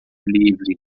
livre